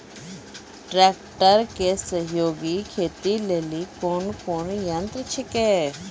Tractor के सहयोगी खेती लेली कोन कोन यंत्र छेकै?